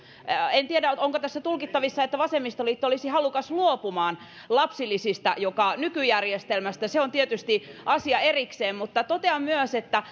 en tiedä onko tässä tulkittavissa että vasemmistoliitto olisi halukas luopumaan lapsilisistä nykyjärjestelmästä se on tietysti asia erikseen totean myös että